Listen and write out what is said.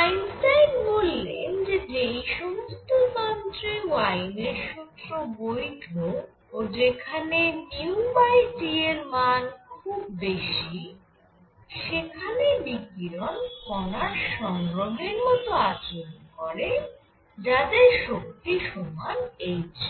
Einstein বললেন যে যেই সমস্ত তন্ত্রে ওয়েইনের সূত্র Wien's formula বৈধ ও যেখানে νT এর মান খুব বেশি সেখানে বিকিরণ কণার সংগ্রহের মত আচরণ করে যাদের শক্তি সমান h